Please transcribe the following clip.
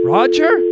Roger